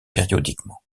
périodiquement